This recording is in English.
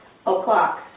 o'clock